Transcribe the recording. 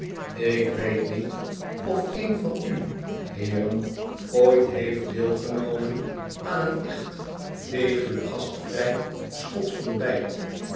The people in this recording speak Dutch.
ik weet niet of een van u heeren ooit heeft deelgenomen aan een echt degelijk gastvrij schotsch ontbijt